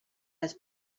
les